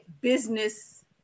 business